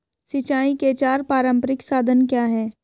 सिंचाई के चार पारंपरिक साधन क्या हैं?